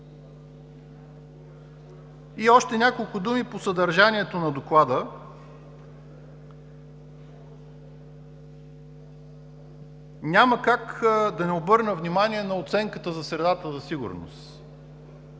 И още няколко думи по съдържанието на Доклада. Няма как да не обърна внимание на оценката за средата за сигурност.